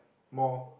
more